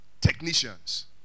technicians